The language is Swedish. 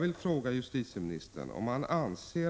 Fru talman!